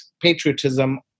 patriotism